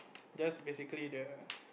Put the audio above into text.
just basically the